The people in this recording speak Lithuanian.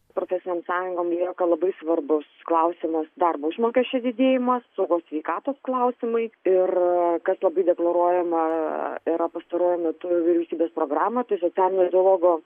profesinėm sąjungom lieka labai svarbus klausimas darbo užmokesčio didėjimas saugos sveikatos klausimai ir kas labai deklaruojama yra pastaruoju metu vyriausybės programa tai socialinio dialogo